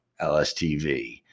LSTV